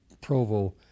Provo